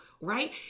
right